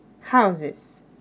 Houses